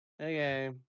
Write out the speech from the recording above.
Okay